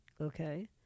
Okay